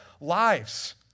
lives